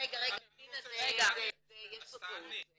רגע --- רגע פנינה, יש פה טעות.